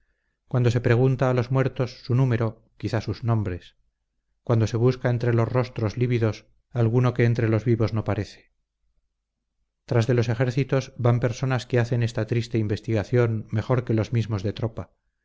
cuando se pregunta a los muertos su número quizás sus nombres cuando se busca entre los rostros lívidos alguno que entre los vivos no parece tras de los ejércitos van personas que hacen esta triste investigación mejor que los mismos de tropa